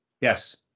Yes